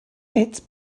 its